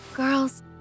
Girls